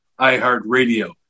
iHeartRadio